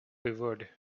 quivered